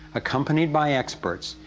accompanied by experts,